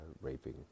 raping